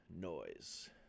Noise